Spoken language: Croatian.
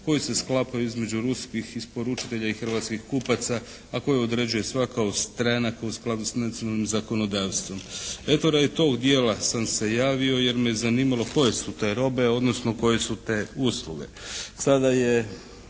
koji se sklapaju između ruskih isporučitelja i hrvatskih kupaca, a koje određuje svaka od strana u skladu sa nacionalnim zakonodavstvom. Eto radi tog dijela sam se javio jer me je zanimalo koje su te robe, odnosno koje su te usluge.